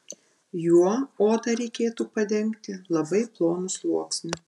juo odą reikėtų padengti labai plonu sluoksniu